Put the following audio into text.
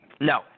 No